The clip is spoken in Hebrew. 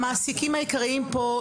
המעסיקים העיקריים כאן,